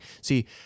See